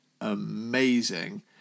amazing